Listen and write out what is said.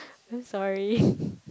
sorry